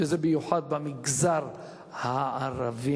ובמיוחד במגזר הערבי,